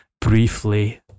briefly